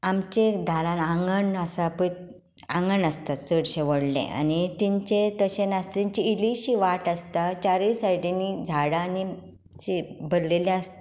आमच्या दारांत आंगण आसा पळय आंगण आसता चडशें व्हडलें आनी तांचें तशें नासता तांची इल्लिशी वाट आसता चारूय सायडींनी झाडां आनी अशीं भरिल्लीं आसता